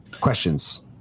Questions